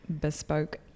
bespoke